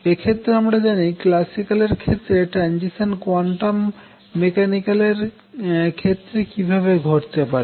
এক্ষেত্রে আমরা জানি ক্ল্যাসিক্যল এর ক্ষেত্রে ট্রানজিশান কোয়ান্টাম মেকানিক্যাল এর ক্ষেত্রে কিভাবে ঘটতে পারে